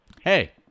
Hey